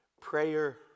Prayer